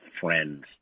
friends